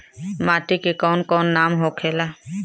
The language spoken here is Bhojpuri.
माटी के कौन कौन नाम होखेला?